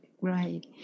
Right